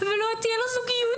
לא תהיה לו זוגיות,